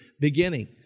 beginning